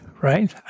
right